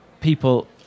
people